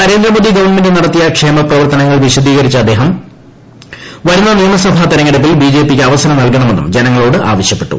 Narendra Modi government നടത്തിയ ക്ഷേമപ്രവർത്തിനുങ്ങൾ വിശദീകരിച്ച അദ്ദേഹം വരുന്ന നിയമസഭാ തെരഞ്ഞെടുപ്പിൽ ബിജെപിക്ക് അവസരം നല്കണമെന്നും ജനങ്ങളോട് ആവശ്യപ്പെട്ടു